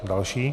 Další.